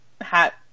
hat